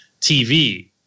TV